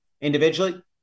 individually